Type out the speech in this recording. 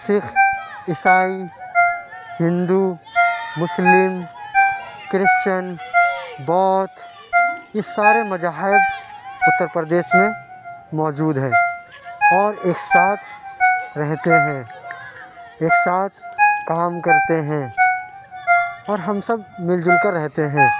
سکھ عیسائی ہندو مسلم کرشچن بودھ یہ سارے مذاہب اتر پردیش میں موجود ہیں اور ایک ساتھ رہتے ہیں ایک ساتھ کام کرتے ہیں اور ہم سب مل جل کر رہتے ہیں